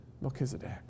Melchizedek